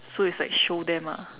so it's like show them ah